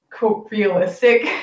realistic